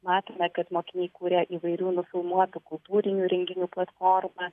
matome kad mokiniai kuria įvairių nufilmuotų kultūrinių renginių platformą